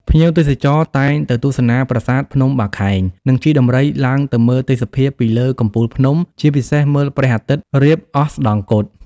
ភ្ញៀវទេសចរតែងទៅទស្សនាប្រាសាទភ្នំបាខែង និង ជិះដំរីឡើងទៅមើលទេសភាពពីលើកំពូលភ្នំ ជាពិសេសមើលព្រះអាទិត្យ រៀបអស្តង្គត ។